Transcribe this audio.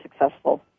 successful